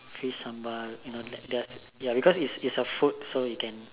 fish sambal you know ya because it's a food so you can can